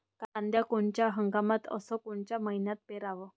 कांद्या कोनच्या हंगामात अस कोनच्या मईन्यात पेरावं?